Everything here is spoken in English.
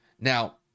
Now